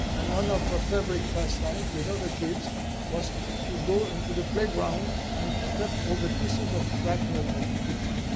and one of our favorite pastimes with other kids was to to go into the playground and pick up all the pieces of shrapnel that we could find.